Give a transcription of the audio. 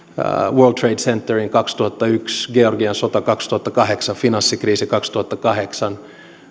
world trade centeriin kaksituhattayksi georgian sota kaksituhattakahdeksan finanssikriisi kaksituhattakahdeksan